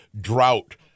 Drought